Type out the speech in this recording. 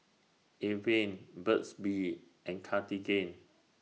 Avene Burt's Bee and Cartigain